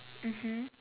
mmhmm